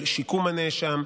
על שיקום הנאשם,